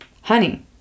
honey